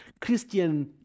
Christian